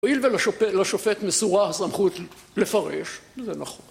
הואיל ולשופט מסורה הסמכות לפרש, זה נכון.